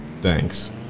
Thanks